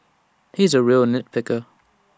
he is A real nit picker